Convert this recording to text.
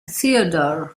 theodore